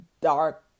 dark